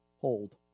hold